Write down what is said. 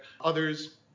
Others